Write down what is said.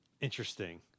Interesting